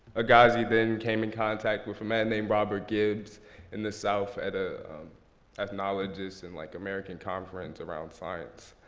agassiz then came in contact with a man named robert gibbs in the south at a acknowledgest and like american conference around science.